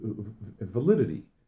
validity